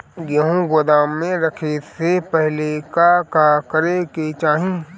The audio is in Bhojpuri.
गेहु गोदाम मे रखे से पहिले का का करे के चाही?